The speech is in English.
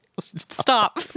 stop